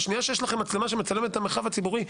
בשנייה שיש לכם מצלמה שמצלמת את המרחב הציבורי,